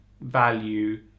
value